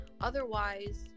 Otherwise